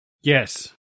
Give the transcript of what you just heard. Yes